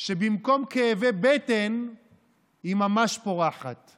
יש משהו שביבי אמר לך שלא עשית?